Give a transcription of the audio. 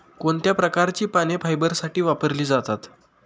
कोणत्या प्रकारची पाने फायबरसाठी वापरली जातात?